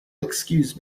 excuse